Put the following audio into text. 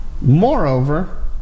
moreover